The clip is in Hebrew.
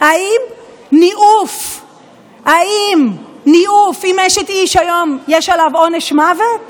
האם ניאוף עם אשת איש היום יש עליו עונש מוות?